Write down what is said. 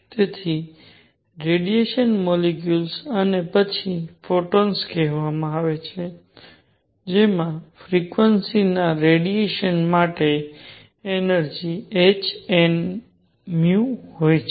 તેથી radiation molecules અને પછી ફોટોન કહેવામાં આવે છે જેમાં ફ્રિક્વન્સી ના રેડિયેશન માટે એનર્જિ h nu હોય છે